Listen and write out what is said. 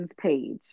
page